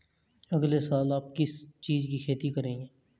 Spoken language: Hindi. अगले साल आप किस चीज की खेती करेंगे?